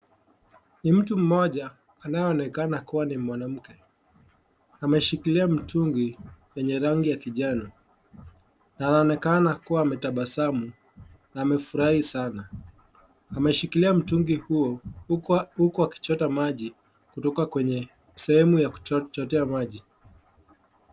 Mtu mmoja anaeonekana kuwa ni mwanamke, ameshikilia mitungi yenye rangi ya kijani. Anaonekana kuwa ametabasamu, amefurahi sana. Ameshikilia mtungi huo huku akichota maji kutoka kwenye sehemu ya kuchotea maji.